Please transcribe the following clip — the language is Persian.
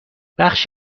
بخش